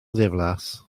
ddiflas